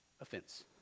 offense